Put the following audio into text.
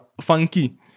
Funky